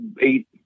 eight